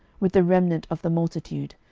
with the remnant of the multitude,